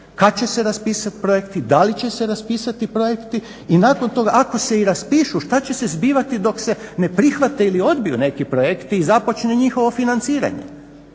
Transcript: Kad će se raspisati projekti, da li će se raspisati projekti i nakon toga, ako se i raspišu šta će se zbivati dok se ne prihvati ili odbiju neku projekti i započne njihovo financiranje?